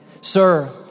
sir